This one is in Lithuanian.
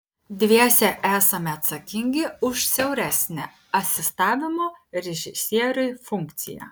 dviese esame atsakingi už siauresnę asistavimo režisieriui funkciją